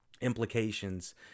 implications